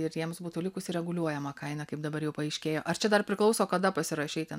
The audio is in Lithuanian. ir jiems būtų likusi reguliuojama kaina kaip dabar jau paaiškėjo ar čia dar priklauso kada pasirašei ten